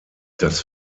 das